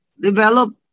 develop